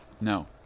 no